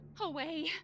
away